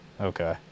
Okay